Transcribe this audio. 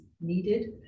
needed